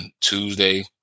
Tuesday